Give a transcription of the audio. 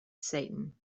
satan